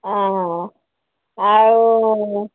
ହଁ ଆଉ